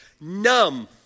numb